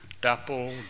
dapple